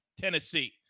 Tennessee